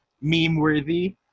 meme-worthy